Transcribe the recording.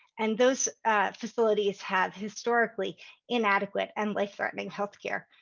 and those facilities have historically inadequate and life-threatening health care.